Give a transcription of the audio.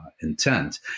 intent